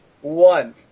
One